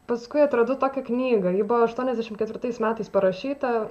paskui atradau tokią knygą ji buvo aštuoniasdešimt ketvirtais metais parašyta